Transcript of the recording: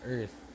Earth